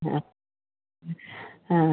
हा हा